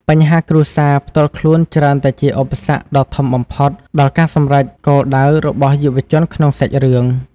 បញ្ហាគ្រួសារ ផ្ទាល់ខ្លួនច្រើនតែជាឧបសគ្គដ៏ធំបំផុតដល់ការសម្រេចគោលដៅរបស់យុវជនក្នុងសាច់រឿង។